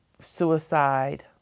suicide